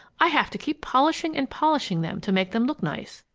i have to keep polishing and polishing them to make them look nice.